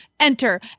Enter